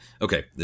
okay